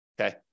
okay